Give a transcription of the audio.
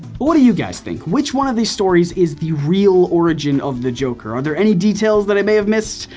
what do you guys think? which one of these stories is the real origin of the joker? are there any details that i may have missed?